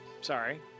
Sorry